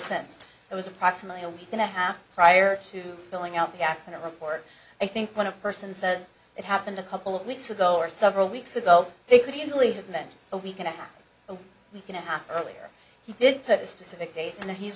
since it was approximately a week and a half prior to filling out the accident report i think when a person says it happened a couple of weeks ago or several weeks ago they could easily have meant a week and a week and a half later he didn't put a specific date on it he's